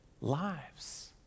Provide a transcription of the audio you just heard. lives